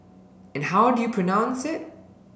and how do you pronounce it